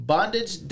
Bondage